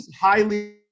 highly